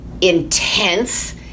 intense